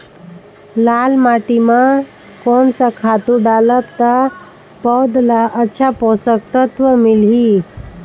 लाल माटी मां कोन सा खातु डालब ता पौध ला अच्छा पोषक तत्व मिलही?